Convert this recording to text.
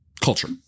culture